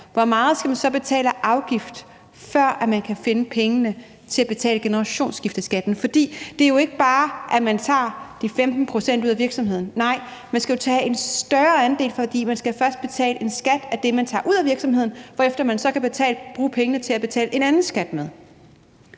hvor meget man så skal betale i afgift, før man kan finde pengene til at betale generationsskifteskatten? For det er jo ikke bare sådan, at man tager de 15 pct. ud af virksomhed. Nej, man skal jo tage en større andel, fordi man først skal betale en skat af det, man tager ud af virksomheden, hvorefter man så kan bruge pengene til at betale en anden skat med.